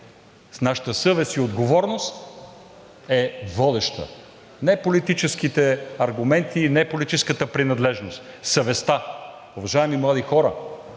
нашата съвест и отговорност е водеща, не политическите аргументи и не политическата принадлежност – съвестта. Уважаеми млади хора,